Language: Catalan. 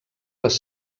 les